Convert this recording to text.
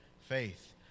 Faith